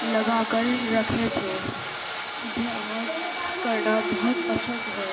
لگا کر رکھے تھے مجھے آرٹس کرنا بہت پسند ہے